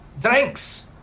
Drinks